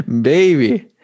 Baby